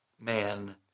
man